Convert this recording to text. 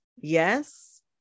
Yes